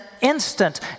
instant